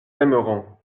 aimerons